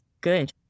good